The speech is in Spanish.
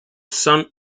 song